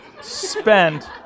Spend